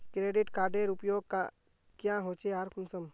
Credit कार्डेर उपयोग क्याँ होचे आर कुंसम?